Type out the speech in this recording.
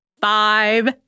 Five